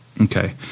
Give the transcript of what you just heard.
Okay